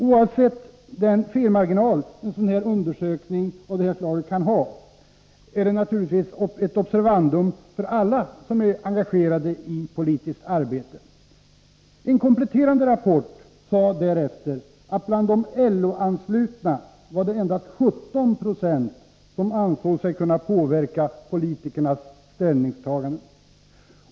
Oavsett den felmarginal en undersökning av det här slaget kan ha, är detta naturligtvis ett observandum för alla som är engagerade i politiskt arbete. En kompletterande rapport sade därefter att det bland de LO anslutna var endast 17 20 som ansåg sig kunna påverka politikernas ställningstaganden.